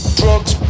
drugs